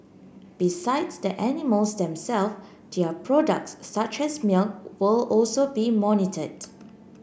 besides the animals them self their products such as milk will also be monitored